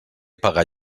pagar